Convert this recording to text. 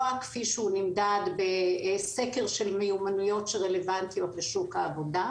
כפי שהוא נמדד בסקר של מיומנויות שרלוונטיות לשוק העבודה.